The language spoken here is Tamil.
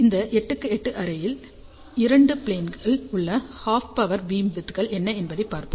இந்த 8x8 அரேயில் இரண்டு ப்ளேனில் உள்ள ஹாஃப் பவர் பீம்விட்த் கள் என்ன என்பதைப் பார்ப்போம்